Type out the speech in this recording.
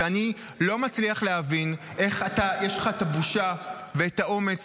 ואני לא מצליח להבין איך יש לך את הבושה ואת האומץ